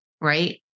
right